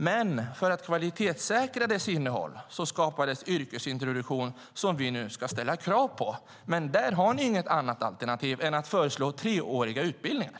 Men för att kvalitetssäkra innehållet skapades yrkesintroduktion som vi nu ska ställa krav på. Men där har ni inget annat alternativ än att föreslå treåriga utbildningar.